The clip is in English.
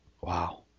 Wow